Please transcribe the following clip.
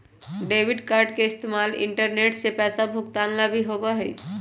debit card के इस्तेमाल internet से पैसा भुगतान ला भी होबा हई